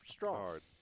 hard